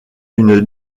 une